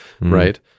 right